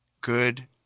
good